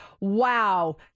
wow